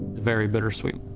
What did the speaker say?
very bittersweet.